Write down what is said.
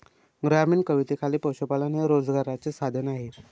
ग्रामीण कवितेखाली पशुपालन हे रोजगाराचे साधन आहे